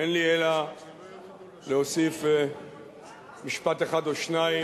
אין לי אלא להוסיף משפט אחד או שניים.